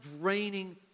draining